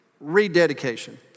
rededication